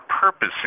purpose